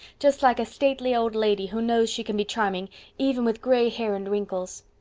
just like a stately old lady who knows she can be charming even with gray hair and wrinkles.